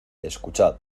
escuchad